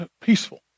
peaceful